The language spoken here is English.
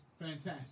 Fantastic